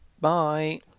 Bye